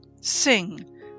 Sing